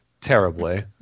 terribly